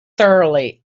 thoroughly